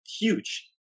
huge